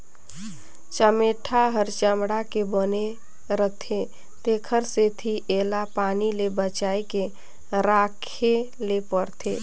चमेटा ह चमड़ा के बने रिथे तेखर सेती एला पानी ले बचाए के राखे ले परथे